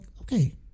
okay